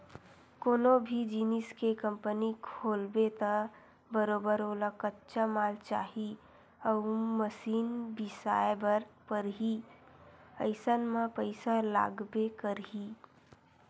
कोनो भी जिनिस के कंपनी खोलबे त बरोबर ओला कच्चा माल चाही अउ मसीन बिसाए बर परही अइसन म पइसा लागबे करही